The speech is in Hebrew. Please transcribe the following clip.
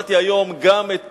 כששמעתי היום גם את